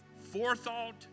forethought